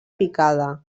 picada